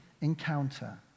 encounter